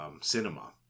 cinema